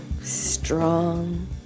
strong